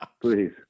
Please